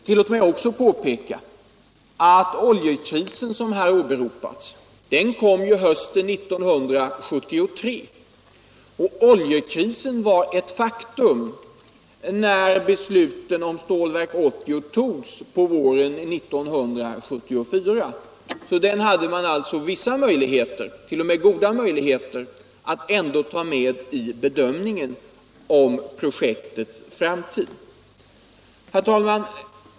Tillåt mig också påpeka att oljekrisen, som här har åberopats, kom hösten 1973 och alltså var ett faktum när beslutet om Stålverk 80 togs på våren 1974. Så den hade man alltså goda möjligheter att ta med i bedömningen av projektets framtid. Herr talman!